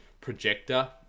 projector